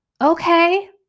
Okay